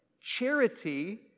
Charity